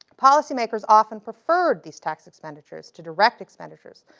policymakers often preferred these tax expenditures to direct expenditures,